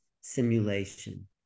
simulation